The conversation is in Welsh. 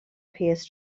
pierce